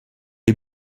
est